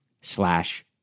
slash